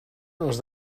als